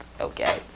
okay